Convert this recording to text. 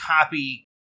copy